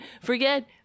Forget